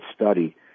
study